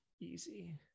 Easy